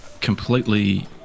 completely